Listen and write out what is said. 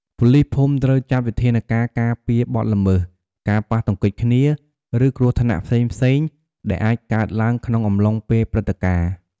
ប៉ូលីសភូមិត្រូវចាត់វិធានការការពារបទល្មើស ការប៉ះទង្គិចគ្នា ឬគ្រោះថ្នាក់ផ្សេងៗ ដែលអាចកើតឡើងក្នុងអំឡុងពេលព្រឹត្តិការណ៍។